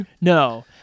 No